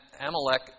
Amalek